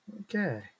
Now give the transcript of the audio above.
Okay